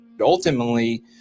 Ultimately